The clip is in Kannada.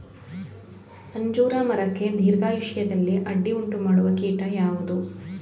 ಅಂಜೂರ ಮರಕ್ಕೆ ದೀರ್ಘಾಯುಷ್ಯದಲ್ಲಿ ಅಡ್ಡಿ ಉಂಟು ಮಾಡುವ ಕೀಟ ಯಾವುದು?